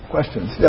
Questions